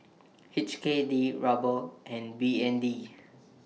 H K D Ruble and B N D